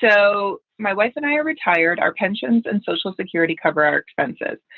so my wife and i are retired. our pensions and social security cover our expenses.